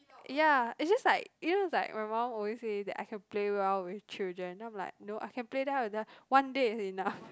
ya it's just like you know is like my mum always say that I can play well with children then I'm like no I can play well with them but one day is enough